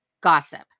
Gossip